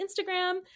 Instagram